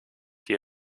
die